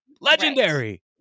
Legendary